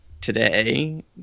today